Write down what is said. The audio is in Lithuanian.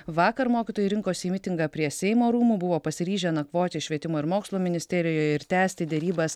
vakar mokytojai rinkosi į mitingą prie seimo rūmų buvo pasiryžę nakvoti švietimo ir mokslo ministerijoje ir tęsti derybas